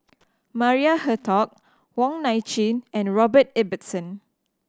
Maria Hertogh Wong Nai Chin and Robert Ibbetson